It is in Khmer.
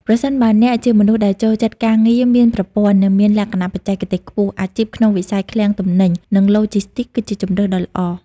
ប្រសិនបើអ្នកជាមនុស្សដែលចូលចិត្តការងារមានប្រព័ន្ធ និងមានលក្ខណៈបច្ចេកទេសខ្ពស់ អាជីពក្នុងវិស័យឃ្លាំងទំនិញ និងឡូជីស្ទីកគឺជាជម្រើសដ៏ល្អ។